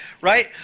right